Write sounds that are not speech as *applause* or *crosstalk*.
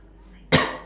*coughs*